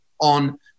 on